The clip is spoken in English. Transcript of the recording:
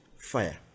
fire